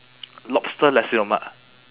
lobster nasi lemak